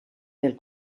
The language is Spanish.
del